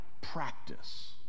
practice